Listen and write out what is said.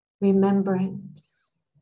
Remembrance